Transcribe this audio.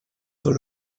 dans